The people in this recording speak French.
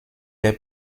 les